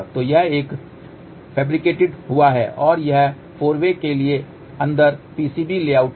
तो यह एक गढ़ा हुआ है और यह फोर वे के लिए अंदर PCB लेआउट है